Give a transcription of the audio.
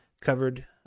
covered